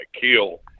kill